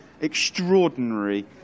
extraordinary